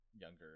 younger